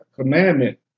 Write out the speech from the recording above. commandment